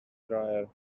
dryer